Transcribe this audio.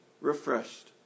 refreshed